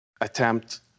attempt